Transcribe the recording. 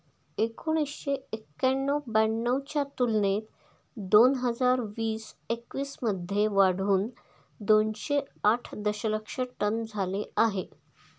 एकोणीसशे एक्क्याण्णव ब्याण्णव च्या तुलनेत दोन हजार वीस एकवीस मध्ये वाढून दोनशे आठ दशलक्ष टन झाले आहे